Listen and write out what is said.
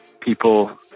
people